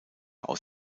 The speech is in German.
aus